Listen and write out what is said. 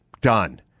done